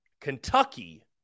Kentucky